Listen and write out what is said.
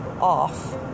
off